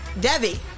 Debbie